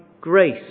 grace